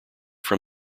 from